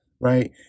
Right